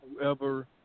whoever